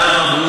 למה הוא